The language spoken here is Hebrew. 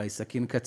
אולי סכין קצבים,